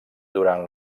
durant